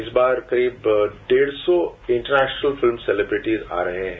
इस बार करीब डेढ़ सौ इंटरनेशनल फिल्म सेलिब्रेटिज आ रहे हैं